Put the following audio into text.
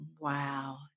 wow